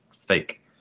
fake